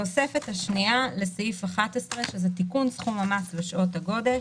התוספת השנייה לסעיף 11 זה תיקון סכום המס ושעות הגודש.